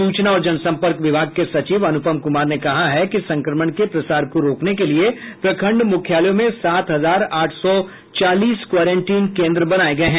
सूचना और जनसंपर्क विभाग के सचिव अनुपम कुमार ने कहा है कि संक्रमण के प्रसार को रोकने के लिए प्रखंड मुख्यालयों में सात हजार आठ सौ चालीस क्वारेंटीन केन्द्र बनाये गये हैं